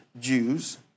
Jews